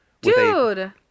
Dude